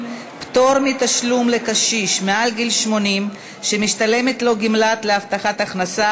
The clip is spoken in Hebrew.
פטור מתשלום לקשיש מעל גיל 80 שמשתלמת לו גמלה להבטחת הכנסה),